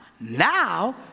Now